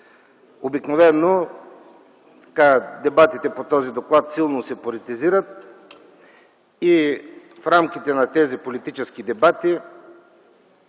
обикновено дебатите по този доклад силно се политизират и в рамките на тези политически дебати